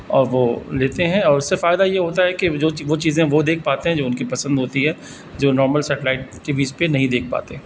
اور وہ لیتے ہیں اور اس سے فائدہ یہ ہوتا ہے کہ وہ وہ چیزیں وہ دیکھ پاتے ہیں جو ان کی پسند ہوتی ہے جو نارمل سیٹلائٹ ٹی ویز پہ نہیں دیکھ پاتے ہیں